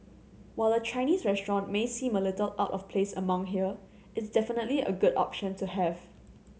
while a Chinese restaurant may seem a little out of place among here it's definitely good option to have